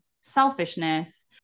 selfishness